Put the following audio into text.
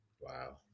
wow